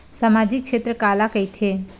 सामजिक क्षेत्र काला कइथे?